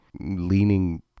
Leaning